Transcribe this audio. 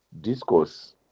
discourse